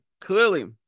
clearly